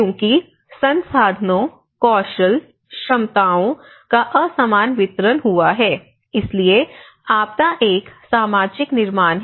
क्योंकि संसाधनों कौशल क्षमताओं का असमान वितरण हुआ है इसलिए आपदा एक सामाजिक निर्माण है